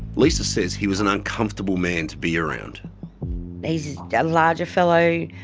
lisa says he was an uncomfortable man to be around. he's a larger fellow